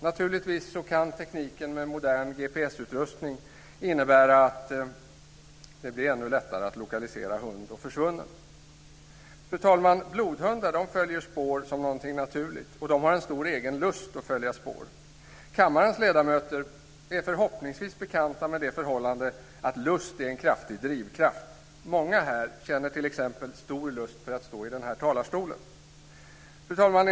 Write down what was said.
Naturligtvis kan tekniken med modern GPS-utrustning innebära att det blir ännu lättare att lokalisera hund och försvunnen. Fru talman! Blodhundar följer spår som något naturligt, och de har en stor egen lust att följa spår. Kammarens ledamöter är förhoppningsvis bekanta med det förhållandet att lust är en viktig drivkraft. Många här känner t.ex. stor lust inför att stå i den här talarstolen. Fru talman!